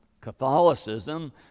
Catholicism